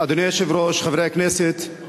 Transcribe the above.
אדוני היושב-ראש, חברי הכנסת,